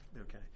Okay